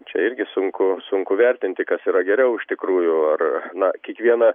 čia irgi sunku sunku vertinti kas yra geriau iš tikrųjų ar na kiekvieną